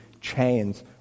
chains